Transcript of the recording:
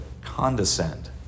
condescend